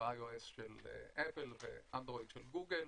ה-IOS של אפל והאנדרואיד של גוגל.